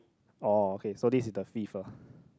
oh okay so this is the fifty lah